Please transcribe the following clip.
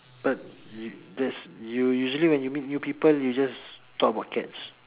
but you that's you usually when you meet new people you just talk about cats